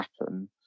happen